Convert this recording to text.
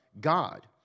God